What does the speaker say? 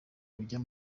ajya